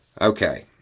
Okay